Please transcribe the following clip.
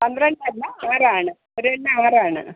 പന്ത്രണ്ടല്ല ആറാണ് ഒരെണ്ണം ആറാണ്